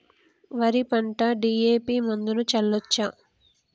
వరి పంట డి.ఎ.పి మందును చల్లచ్చా?